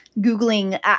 Googling –